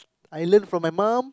I learn from my mum